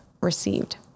received